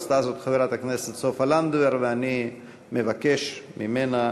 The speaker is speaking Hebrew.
עשתה זאת חברת הכנסת סופה לנדבר, ואני מבקש ממנה